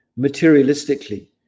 materialistically